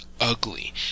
ugly